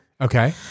Okay